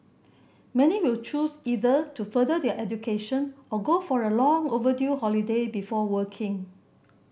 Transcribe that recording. many will choose either to further their education or go for a long overdue holiday before working